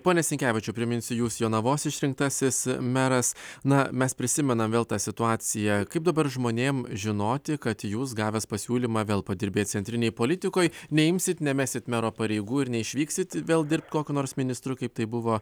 pone sinkevičiau priminsiu jūs jonavos išrinktasis meras na mes prisimenam vėl tą situaciją kaip dabar žmonėms žinoti kad jūs gavęs pasiūlymą vėl padirbėti centrinėj politikoj neimsit nemesit mero pareigų ir neišvyksit vėl dirbt kokio nors ministro kaip tai buvo